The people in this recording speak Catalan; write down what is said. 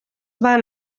van